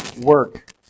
work